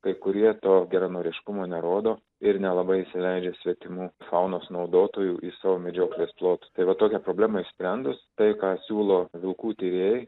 kai kurie to geranoriškumo nerodo ir nelabai įsileidžia svetimų faunos naudotojų į savo medžioklės plotų tai va tokią problemą išsprendus tai ką siūlo vilkų tyrėjai